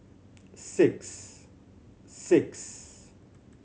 six six